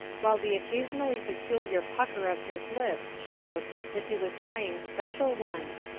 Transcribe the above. while the occasionally peculiar pucker of his lips showed that he was trying special ones,